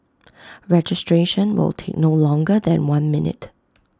registration will take no longer than one minute